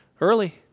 early